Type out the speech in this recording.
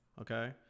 okay